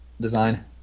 design